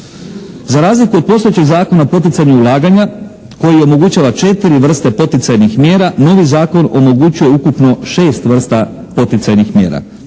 Za razliku od postojećeg Zakona o poticanju ulaganja koji omogućava četiri vrste poticajnih mjera, novi zakon omogućuje ukupno šest vrsta poticajnih mjera.